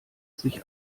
sich